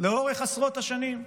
לאורך עשרות השנים,